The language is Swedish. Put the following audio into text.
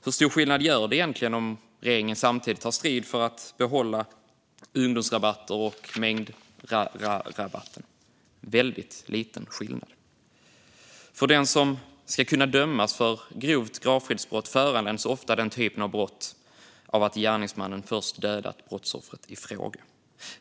Hur stor skillnad gör det egentligen om regeringen samtidigt tar strid för att behålla ungdomsrabatter och mängdrabatten? Det blir en väldigt liten skillnad. När det gäller en person som döms för grovt gravfridsbrott föranleds ofta den typen av brott av att gärningsmannen först dödat brottsoffret i fråga.